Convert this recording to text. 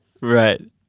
Right